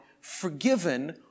forgiven